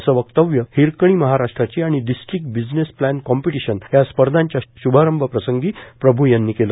असं वक्तव्य हीरकणी महाराष्ट्राची आणि डीस्ट्रिक्ट बिझनेस प्लॅन कॉम्पिटिशन या स्पर्धाच्या श्भारंभ प्रसंगी प्रभू यांनी केलं